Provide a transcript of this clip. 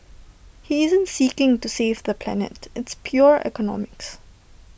he isn't seeking to save the planet it's pure economics